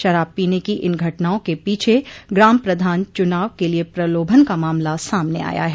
शराब पीने की इन घटनाओं के पीछे ग्राम प्रधान चूनाव के लिये प्रलोभन का मामला सामने आया है